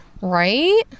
Right